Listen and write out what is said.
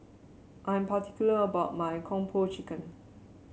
I'm particular about my Kung Po Chicken